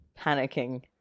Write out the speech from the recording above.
panicking